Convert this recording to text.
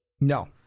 No